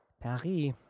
Paris